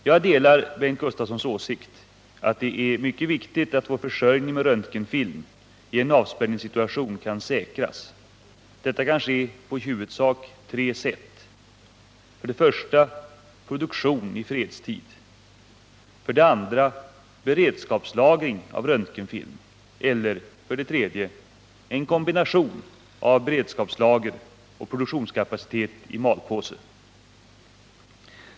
Jag delar Bengt Gustavssons åsikt att det är mycket viktigt att vår försörjning med röntgenfilm i en avspärrningssituation kan säkras. Detta kan ske på i huvudsak tre sätt: 3. En kombination av beredskapslager och produktionskapacitet i malpåse.